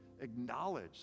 Acknowledge